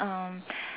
um